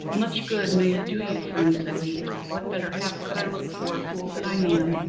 much good may it do you, friend, said he, what better hap could i look for, fool that i am!